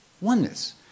oneness